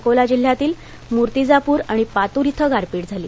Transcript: अकोला जिल्ह्यातील मुर्तिजापूर आणि पातूर इथं गारपीट झाली